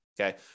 okay